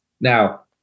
Now